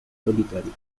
solitario